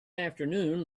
afternoon